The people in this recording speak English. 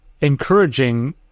encouraging